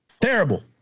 Terrible